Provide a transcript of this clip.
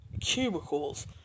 cubicles